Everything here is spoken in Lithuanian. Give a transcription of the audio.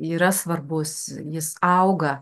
yra svarbus jis auga